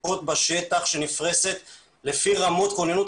כוחות בשטח שנפרסת לפי רמות כוננות,